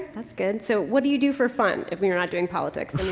that's good. so, what do you do for fun, if you're not doing politics?